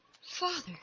Father